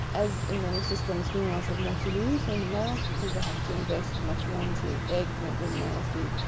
as in many systems, females have more to lose than the males because they have to invest much more into eggs and than males do,